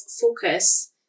focus